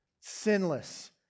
sinless